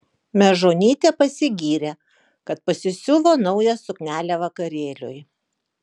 mežonytė pasigyrė kad pasisiuvo naują suknelę vakarėliui